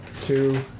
Two